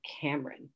Cameron